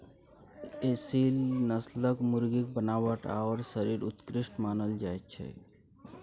एसील नस्लक मुर्गीक बनावट आओर शरीर उत्कृष्ट मानल जाइत छै